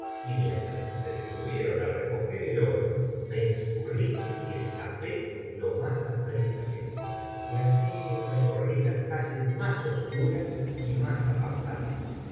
y mientras se detuvieron á recoger el oro me escurrí y escapé lo más aprisa que pude y así recorrí las calles más oscuras y más apartadas